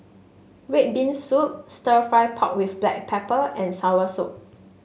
red bean soup stir fry pork with Black Pepper and Soursop